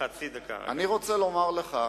אני רוצה לומר לך,